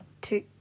two